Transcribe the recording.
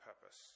purpose